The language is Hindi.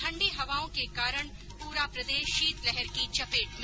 ठण्डी हवाओं के कारण पूरा प्रदेश शीतलहर की चपेट में